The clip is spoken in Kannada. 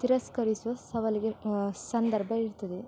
ತಿರಸ್ಕರಿಸುವ ಸವಾಲಿಗೆ ಸಂದರ್ಭ ಇರ್ತದೆ